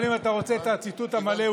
אבל אם אתה רוצה את הציטוט המלא,